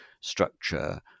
structure